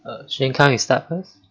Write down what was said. err you start first